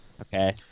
Okay